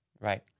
right